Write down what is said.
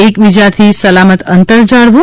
એકબીજાથી સલામત અંતર જાળવો